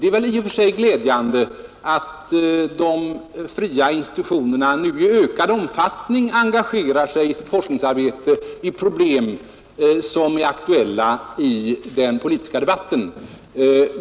Det är väl i och för sig glädjande att de fria institutionerna nu i ökad omfattning i sin forskning engagerar sig i problem som är aktuella i den politiska debatten.